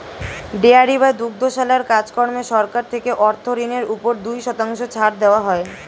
dairy বা দুগ্ধশালার কাজ কর্মে সরকার থেকে অর্থ ঋণের উপর দুই শতাংশ ছাড় দেওয়া হয়